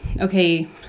okay